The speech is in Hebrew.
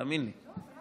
תאמין לי.